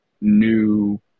new